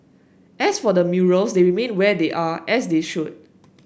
as for the murals they remain where they are as they should